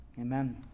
Amen